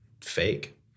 fake